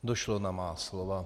Došlo na má slova.